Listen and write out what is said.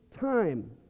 time